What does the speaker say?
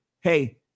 hey